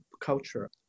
culture